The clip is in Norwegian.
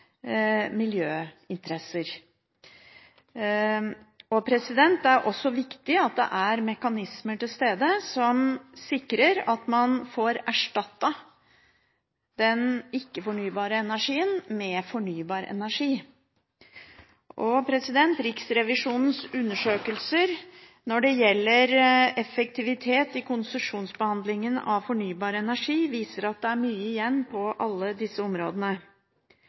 miljøinteresser. Det er også viktig at det er mekanismer til stede som sikrer at man får erstattet den ikke-fornybare energien med fornybar energi. Riksrevisjonens undersøkelser når det gjelder effektivitet i konsesjonsbehandlingen av fornybar energi, viser at det er mye igjen på alle disse områdene.